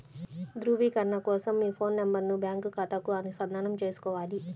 ధ్రువీకరణ కోసం మీ ఫోన్ నెంబరును బ్యాంకు ఖాతాకు అనుసంధానం చేసుకోవాలి